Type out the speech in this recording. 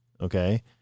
Okay